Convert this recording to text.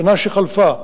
השנה שחלפה,